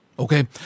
Okay